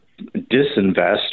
disinvest